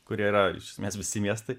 kurie yra iš esmės visi miestai